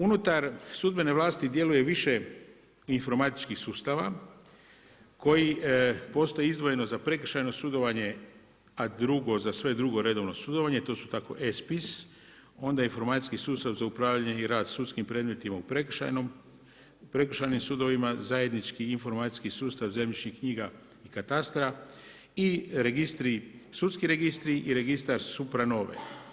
Unutar sudbene vlasti djeluje više informatičkih sustava koji, postoji izdvojenost za prekršajno sudovanje a drugo, za sve drugo redovno sudovanje, to su tako e-spis, onda informacijski sustav za upravljanje i rad sudskim predmetima u prekršajnim sudovima, zajednički informacijski sustav zemljišnih knjiga i katastra i registri, sudski registri i registar SupraNove.